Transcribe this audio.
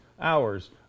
hours